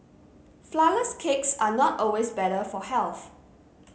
flourless cakes are not always better for health